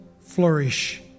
flourish